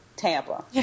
Tampa